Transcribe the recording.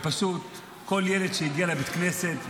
כל ילד שהגיע לבית הכנסת,